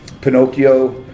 Pinocchio